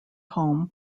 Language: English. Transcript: home